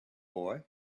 boy